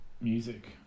Music